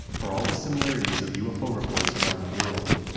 for all the similarities of ufo reports around the world,